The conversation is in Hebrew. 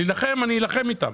להילחם, אני אלחם איתם